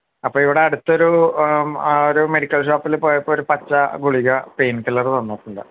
അപ്പോള് ഇവിടെ അടുത്തൊരു ഒരു മെഡിക്കൽ ഷോപ്പില് പോയപ്പോളൊരു പച്ച ഗുളിക പെയിൻ കില്ലര് തന്നിട്ടുണ്ട്